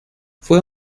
fue